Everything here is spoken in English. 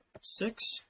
six